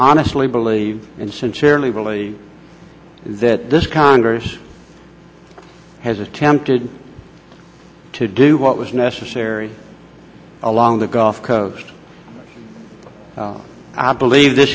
honestly believe and sincerely believe that this congress has attempted to do what was necessary along the gulf coast i believe th